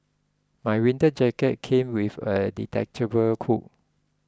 my winter jacket came with a detachable cool